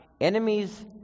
enemies